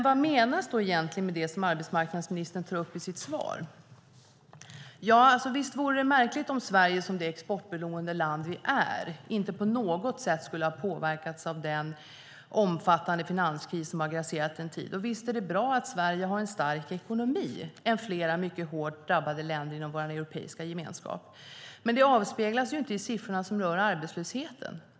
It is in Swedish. Vad menas egentligen med det som arbetsmarknadsministern tar upp i sitt svar? Visst vore det märkligt om Sverige, som det exportberoende land vi är, inte på något sätt skulle ha påverkats av den omfattande finanskris som har grasserat en tid, och visst är det bra att Sverige har en starkare ekonomi än flera mycket hårt drabbade länder inom vår europeiska gemenskap. Men det avspeglas ju inte i siffror som rör arbetslösheten.